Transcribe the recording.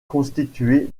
constituées